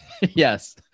Yes